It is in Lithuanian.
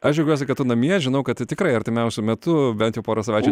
aš džiaugiuosi kad tu namie žinau kad tu tikrai artimiausiu metu bent jau porą savaičių